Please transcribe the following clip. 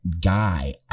guy